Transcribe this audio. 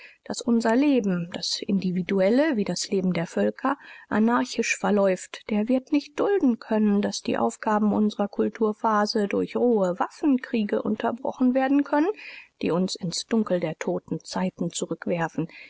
daß unser leben das individuelle wie das leben der völker anarchisch verläuft der wird nicht dulden können daß die aufgaben unserer kulturphase durch rohe waffenkriege unterbrochen werden können die uns ins dunkel toter zeiten zurückwerfen